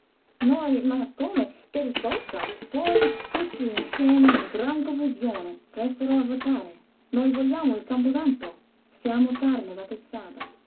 noi ma come che risposta poi tutti insieme in gran confusione presero a vociare noi vogliamo il camposanto siamo carne battezzata